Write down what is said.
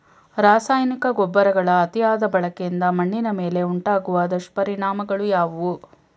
ರಾಸಾಯನಿಕ ಗೊಬ್ಬರಗಳ ಅತಿಯಾದ ಬಳಕೆಯಿಂದ ಮಣ್ಣಿನ ಮೇಲೆ ಉಂಟಾಗುವ ದುಷ್ಪರಿಣಾಮಗಳು ಯಾವುವು?